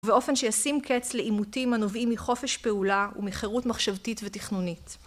ובאופן שיסים קץ לאימותים הנובעים מחופש פעולה ומחירות מחשבתית ותכנונית.